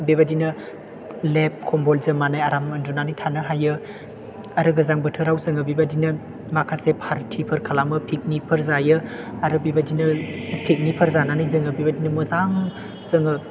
बेबायदिनो लेब कम्बल जोमनानै आराम उन्दुनानै थानो हायो आरो गोजां बोथोराव जोङो बेबायदिनो माखासे फारथिफोर खालामो पिकनिकफोर जायो आरो बेबायदिनो पिकनिकफोर जानानै जोङो बेबायदिनो मोजां जोङो